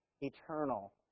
eternal